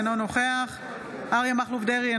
אינו נוכח אריה מכלוף דרעי,